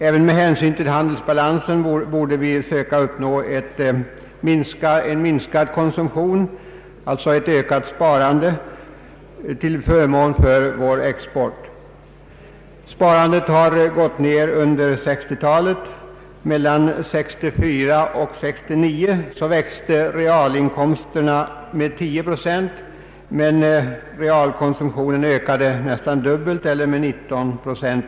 Även med hänsyn till handelsbalan sen borde vi söka uppnå en minskad konsumtion, alltså ett ökat sparande, till förmån för vår export. Sparandet har minskat avsevärt under 1960-talet. Mellan åren 1964 och 1969 växte realinkomsterna med 10 procent, men realkonsumtionen ökade nästan dubbelt eller med drygt 19 procent.